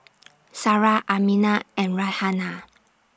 Sarah Aminah and Raihana